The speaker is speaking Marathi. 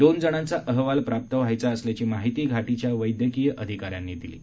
दोन जणांचा अहवाल प्राप्त व्हायचा असल्याची माहिती घाटीच्या वैदकीय अधिकाऱ्यांनी दिली आहे